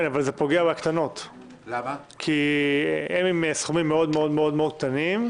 אבל זה פוגע בקטנות כי אלה סכומים מאוד קטנים,